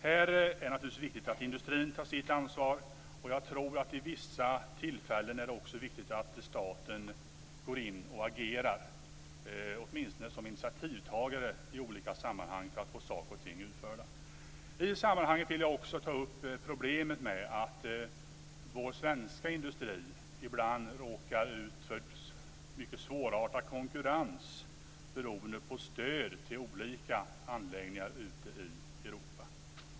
Det är naturligtvis viktigt att industrin tar sitt ansvar. Jag tror också att det vid vissa tillfällen även är viktigt att staten går in och agerar, åtminstone som initiativtagare i olika sammanhang för att få saker och ting utförda. I sammanhanget vill jag också ta upp problemet med att vår svenska industri ibland råkar ut för mycket svårartad konkurrens beroende på stöd till olika anläggningar ute i Europa.